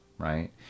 Right